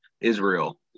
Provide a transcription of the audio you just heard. israel